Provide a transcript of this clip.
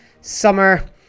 summer